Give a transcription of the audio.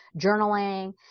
journaling